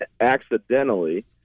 accidentally